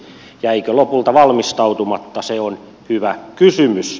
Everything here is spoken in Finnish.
jäikö lopulta valmistautumatta se on hyvä kysymys